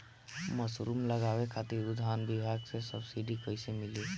Mushroom लगावे खातिर उद्यान विभाग से सब्सिडी कैसे मिली?